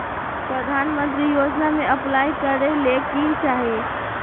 प्रधानमंत्री योजना में अप्लाई करें ले की चाही?